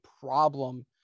problem